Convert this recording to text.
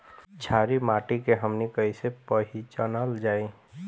छारी माटी के हमनी के कैसे पहिचनल जाइ?